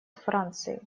франции